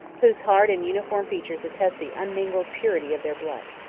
whose hard and uniform features attest the unmingled purity of their blood.